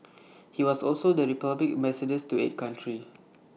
he was also the republic's Ambassador to eight countries